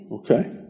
Okay